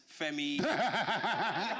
Femi